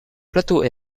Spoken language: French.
plateau